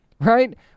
right